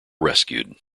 rescued